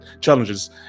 challenges